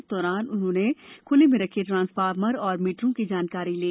इस दौरान उन्होंने खुले में रखे ट्रांसफार्मर और मीटरों की जानकारी ली